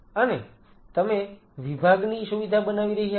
અને તમે વિભાગની સુવિધા બનાવી રહ્યા છો